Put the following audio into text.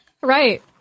Right